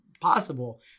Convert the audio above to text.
possible